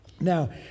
Now